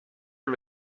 and